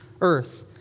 earth